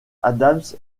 adams